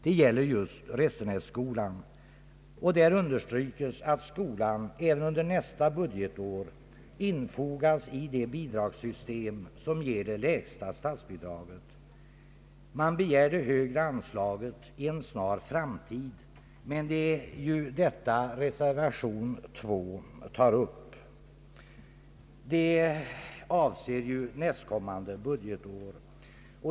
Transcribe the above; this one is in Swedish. Det gäller just Restenässkolan, och där understryks att skolan även under nästa budgetår infogas i det bidragssystem som ger det lägsta statsbidraget. Man begär det högre anslaget i en snar framtid, men det är ju detta reservation 2 tar upp. Den avser ju anslag för nästkommande budgetår.